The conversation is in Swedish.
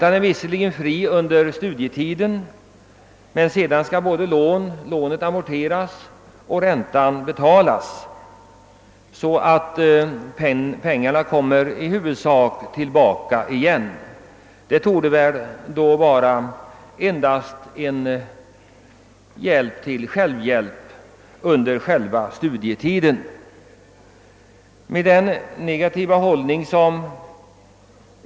Lånet är visserligen räntefritt under studietiden, men sedan skall lånet amorteras och ränta betalas. Pengarna går alltså i huvudsak tillbaka till staten — det rör sig om en hjälp till självhjälp under studietiden. Herr talman!